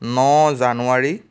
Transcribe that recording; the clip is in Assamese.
ন জানুৱাৰী